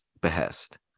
behest